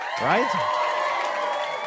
right